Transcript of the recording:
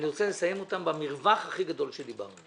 ואני רוצה לסיים אותן במרווח הכי גדול שדיברנו.